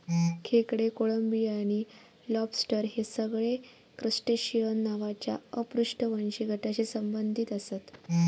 खेकडे, कोळंबी आणि लॉबस्टर हे सगळे क्रस्टेशिअन नावाच्या अपृष्ठवंशी गटाशी संबंधित आसत